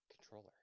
controller